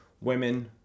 women